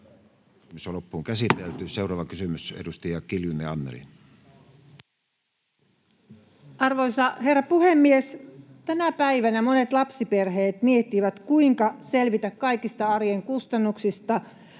Seuraava kysymys, edustaja Kiljunen, Anneli. Arvoisa herra puhemies! Tänä päivänä monet lapsiperheet miettivät, kuinka selvitä kaikista arjen kustannuksista —